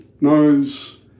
knows